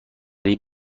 بیگ